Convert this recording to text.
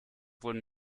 wurden